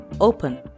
Open